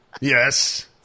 Yes